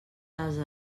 ase